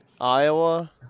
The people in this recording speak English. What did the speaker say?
Iowa